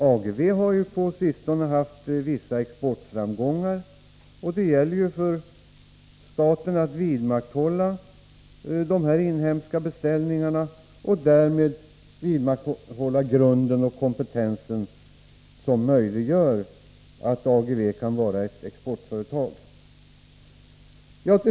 Ageve har på sistone haft vissa exportframgångar, och det gäller för staten att vidmakthålla de inhemska beställningarna och därmed grunden och den kompetens som möjliggör för Ageve att vara ett exportföretag.